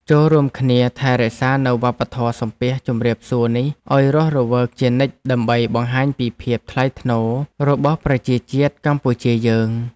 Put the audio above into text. ចូររួមគ្នាថែរក្សានូវវប្បធម៌សំពះជម្រាបសួរនេះឱ្យរស់រវើកជានិច្ចដើម្បីបង្ហាញពីភាពថ្លៃថ្នូររបស់ប្រជាជាតិកម្ពុជាយើង។